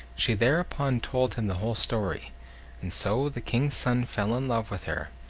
she thereupon told him the whole story and so the king's son fell in love with her,